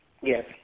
Yes